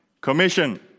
commission